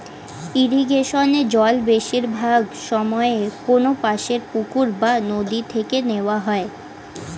ইরিগেশনে জল বেশিরভাগ সময়ে কোনপাশের পুকুর বা নদি থেকে নেওয়া হয়